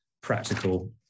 practical